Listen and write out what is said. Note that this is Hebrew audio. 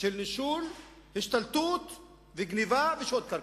של נישול והשתלטות וגנבה ושוד קרקעות.